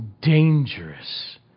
dangerous